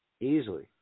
easily